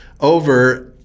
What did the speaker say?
over